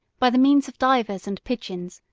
by the means of divers and pigeons,